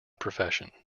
profession